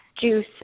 juice